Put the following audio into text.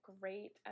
great